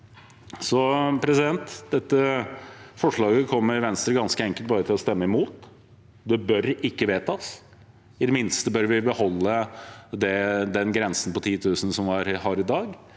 framover. Dette forslaget kommer Venstre ganske enkelt bare til å stemme imot. Det bør ikke vedtas. I det minste bør vi beholde den grensen på 10 000 som vi har i dag.